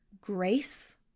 Grace